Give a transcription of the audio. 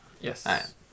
Yes